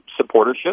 supportership